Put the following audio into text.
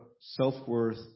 self-worth